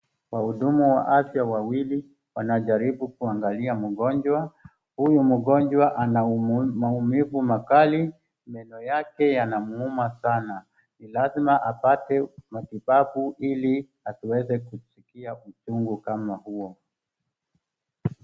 Wahudumu wa afya wawili, wanajaribu kuangalia mgonjwa, huyu mgonjwa ana maumivu makali, meno yake yanamuuma sana. Ni lazima apate matibabu ili asiweze kusikia uchungu kama huo.